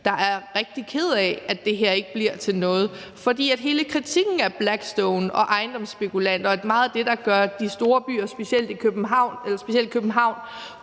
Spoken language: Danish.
der er rigtig ked af, at det her ikke bliver til noget. For hele kritikken af Blackstone og ejendomsspekulanter og meget af det, der gør de store byer, specielt København,